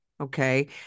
okay